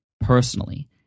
personally